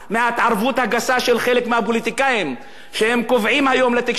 מהפוליטיקאים שקובעים היום לתקשורת מה להגיד ואיך להגיד,